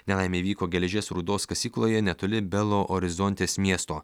nelaimė įvyko geležies rūdos kasykloje netoli belo orizontės miesto